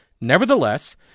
Nevertheless